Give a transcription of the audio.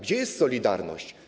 Gdzie jest „Solidarność”